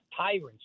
tyrants